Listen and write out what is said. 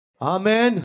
Amen